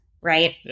right